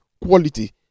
quality